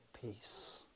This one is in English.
peace